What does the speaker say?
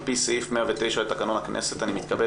על פי סעיף 109 לתקנון הכנסת אני מתכבד